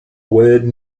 word